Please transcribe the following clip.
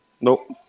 Nope